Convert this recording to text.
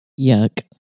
Yuck